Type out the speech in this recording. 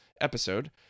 episode